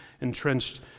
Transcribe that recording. entrenched